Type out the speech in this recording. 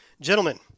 Gentlemen